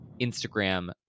Instagram